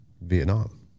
Vietnam